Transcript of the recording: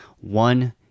One